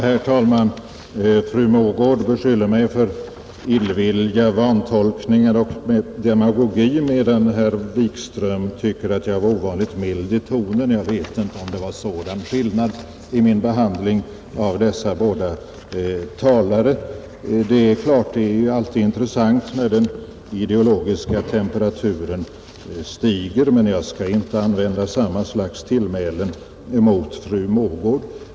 Herr talman! Fru Mogård beskyller mig för illvilja, vantolkningar och demagogi, medan herr Wikström tycker att jag var ovanligt mild i tonen. Jag vet inte om det var sådan skillnad i min behandling av dessa båda talare. Det är alltid intressant när den ideologiska temperaturen stiger, men jag skall inte använda samma slags tillmälen mot fru Mogård.